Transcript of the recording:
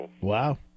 Wow